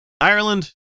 Ireland